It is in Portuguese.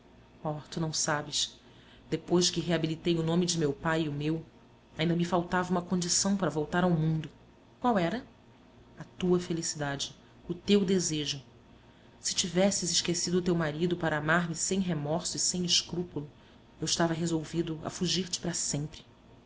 tu não sabes depois que reabilitei o nome de meu pai e o meu ainda me faltava uma condição para voltar ao mundo qual era a tua felicidade o teu desejo se tivesses esquecido teu marido para amar-me sem remorso e sem escrúpulo eu estava resolvido a fugir te para sempre